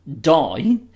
die